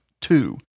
Two